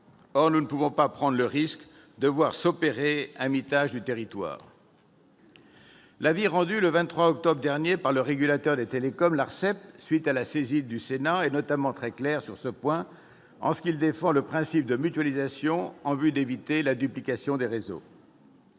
Or nous ne pouvons pas prendre le risque de voir s'opérer un mitage du territoire. L'avis rendu le 23 octobre dernier par le régulateur des télécoms, l'ARCEP, à la suite de la saisine du Sénat, est notamment très clair sur ce point en ce qu'il défend le principe de mutualisation en vue d'éviter la duplication des réseaux.